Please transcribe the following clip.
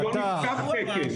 כי לא נפתח תקן.